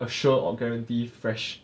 assure or guarantee fresh